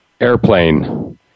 airplane